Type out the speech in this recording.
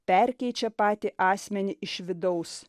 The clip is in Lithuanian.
perkeičia patį asmenį iš vidaus